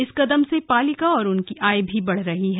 इस कदम से पालिका और उनकी आय भी बढ़ रही है